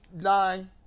nine